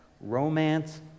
romance